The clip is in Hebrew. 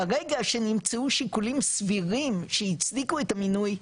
מהרגע שנמצאו שיקולים סבירים שהצדיקו את המינוי,